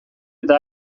eta